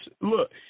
look